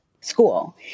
school